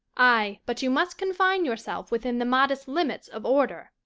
ay, but you must confine yourself within the modest limits of order.